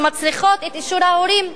שמצריכות את אישור ההורים.